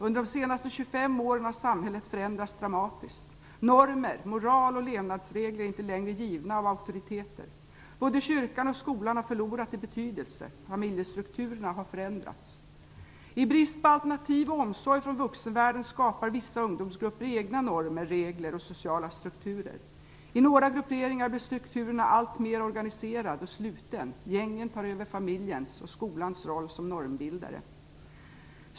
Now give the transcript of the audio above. Under de senaste 25 åren har samhället förändrats dramatiskt. Normer, moral och levnadsregler är inte längre givna av auktoriteter. Både kyrkan och skolan har förlorat i betydelse. Familjestrukturerna har förändrats. I brist på alternativ och omsorg från vuxenvärlden skapar vissa ungdomsgrupper egna normer, regler och sociala strukturer. I några grupperingar blir strukturerna alltmer organiserade och slutna. Gängen tar över familjens och skolans roll som normbildare.